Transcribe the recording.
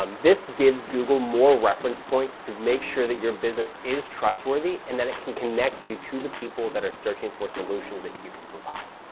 um this gives google more reference points to make sure that your business is trustworthy and that it can connect you to the people that are searching for solutions that you can provide.